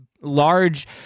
large